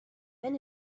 been